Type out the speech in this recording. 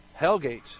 Hellgate